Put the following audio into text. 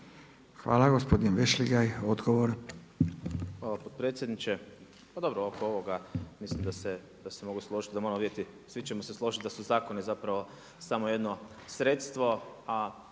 odgovor. **Vešligaj, Marko (SDP)** Hvala potpredsjedniče. Pa dobro oko ovoga mislim da se mogu složiti da moramo vidjeti, svi ćemo se složiti da su zakoni zapravo samo jedno sredstvo